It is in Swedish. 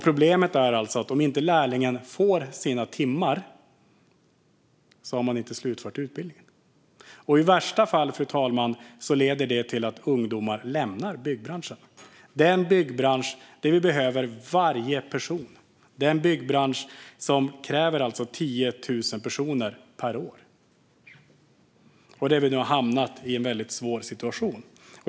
Problemet är att om lärlingen inte får sina timmar har lärlingen inte slutfört utbildningen. I värsta fall, fru talman, leder det till att ungdomar lämnar byggbranschen - den byggbransch där vi behöver varje person, den byggbransch som alltså kräver 10 000 personer per år och som nu har hamnat i en väldigt svår situation.